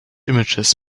images